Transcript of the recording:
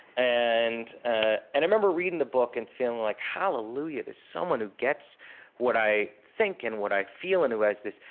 and ah and i remember reading the book and feeling like, hallelujah someone who gets what i think, and what i feel, and who has this.